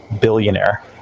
billionaire